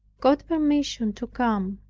got permission to come.